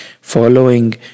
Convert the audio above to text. following